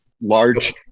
large